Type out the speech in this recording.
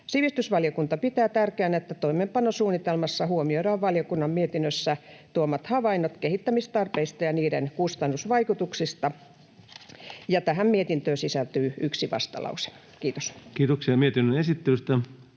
Sivistysvaliokunta pitää tärkeänä, että toimeenpanosuunnitelmassa huomioidaan valiokunnan mietinnössä tuomat havainnot kehittämistarpeista ja niiden kustannusvaikutuksista. Tähän mietintöön sisältyy yksi vastalause. — Kiitos. [Speech